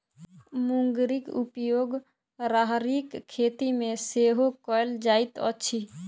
मुंगरीक उपयोग राहरिक खेती मे सेहो कयल जाइत अछि